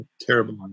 Terrible